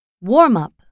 Warm-up